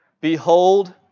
Behold